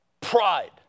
Pride